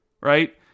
right